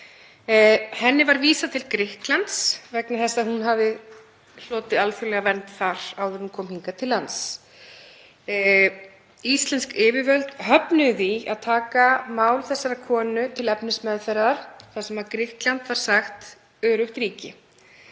Henni var vísað til Grikklands vegna þess að hún hafði hlotið alþjóðlega vernd þar áður en hún kom hingað til lands. Íslensk yfirvöld höfnuðu því að taka mál þessarar konu til efnismeðferðar þar sem Grikkland var sagt öruggt ríki.